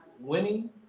winning